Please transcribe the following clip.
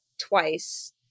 twice